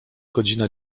godzina